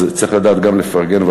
צריך לדעת גם לפרגן,